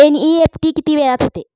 NEFT किती वेळात होते?